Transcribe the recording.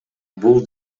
бул